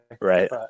Right